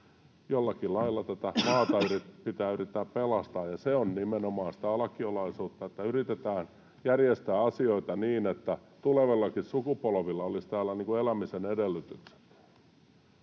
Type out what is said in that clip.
jollakin lailla tätä maata pitää yrittää pelastaa, ja se on nimenomaan sitä alkiolaisuutta, että yritetään järjestää asioita niin, että tulevillakin sukupolvilla olisi täällä elämisen edellytykset.